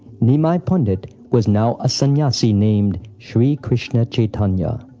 nimai pandit was now a sannyasi named shri krishna chaitanya.